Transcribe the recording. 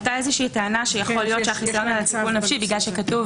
עלתה שבגלל שכתוב